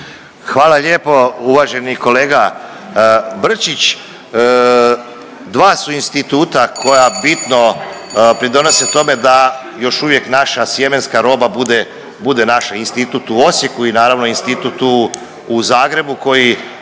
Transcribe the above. Hvala lijepo uvaženi kolega Brčić. Dva su instituta koja bitno pridonose tome da još uvijek naša sjemenska roba bude naš institut u Osijeku i naravno institut u Zagrebu koji